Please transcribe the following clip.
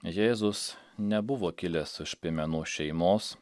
jėzus nebuvo kilęs iš piemenų šeimos